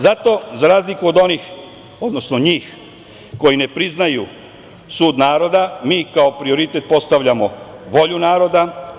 Zato za razliku od onih, odnosno njih koji ne priznaju sud naroda mi kao prioritet postavljamo volju naroda.